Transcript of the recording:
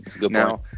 Now